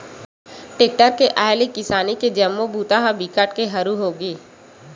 tractor के आए ले किसानी के जम्मो बूता ह बिकट के हरू होगे